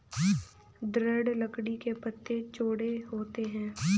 दृढ़ लकड़ी के पत्ते चौड़े होते हैं